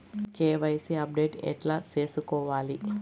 KYC update ఎట్లా సేసుకోవాలి?